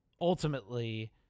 Ultimately